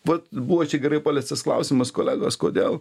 vat buvo čia gerai paliestas klausimas kolegos kodėl